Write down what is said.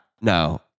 No